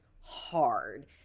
hard